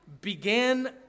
began